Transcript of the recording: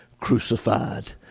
crucified